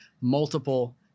multiple